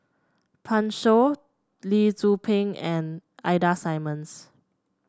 Pan Shou Lee Tzu Pheng and Ida Simmons